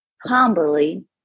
humbly